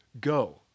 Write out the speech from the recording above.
Go